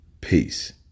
Peace